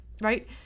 right